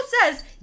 says